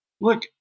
look